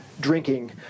drinking